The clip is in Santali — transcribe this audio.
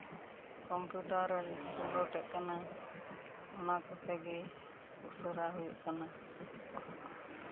ᱠᱚᱢᱯᱤᱭᱩᱴᱟᱨ ᱨᱮᱠᱚ ᱞᱳᱰᱮᱫ ᱠᱟᱱᱟ ᱚᱱᱟ ᱠᱚᱛᱮᱜᱮ ᱩᱥᱟᱹᱨᱟ ᱦᱩᱭᱩᱜ ᱠᱟᱱᱟ